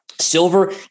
Silver